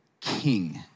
king